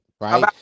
Right